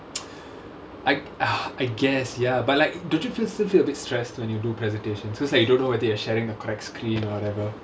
I I guess ya but like the don't you feel still feel bit stressed when you do presentation so it's like you don't know whether you're sharing the correct screen or whatever